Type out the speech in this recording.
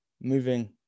moving